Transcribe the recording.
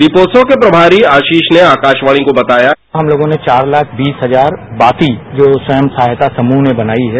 दीपोत्सव के प्रभारी आशीष ने आकाशवाणी को बताया हम लोगों ने चार लाख बीस हजार बाती जो स्वयं सहायता समूह ने बनाई है